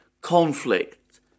conflict